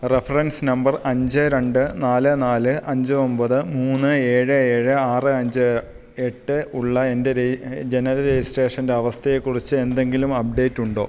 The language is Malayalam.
റഫറൻസ് നമ്പർ അഞ്ച് രണ്ട് നാല് നാല് അഞ്ച് ഒമ്പത് മൂന്ന് ഏഴ് ഏഴ് ആറ് അഞ്ച് എട്ട് ഉള്ള എൻ്റെ ജനന രജിസ്ട്രേഷൻ്റെ അവസ്ഥയെക്കുറിച്ച് എന്തെങ്കിലും അപ്ഡേറ്റുണ്ടോ